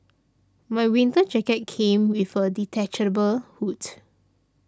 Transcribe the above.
my winter jacket came with a detachable hood